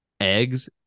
Eggs